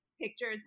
pictures